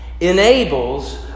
enables